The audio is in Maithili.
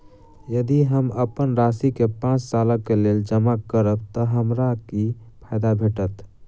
यदि हम अप्पन राशि केँ पांच सालक लेल जमा करब तऽ हमरा की फायदा भेटत?